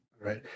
Right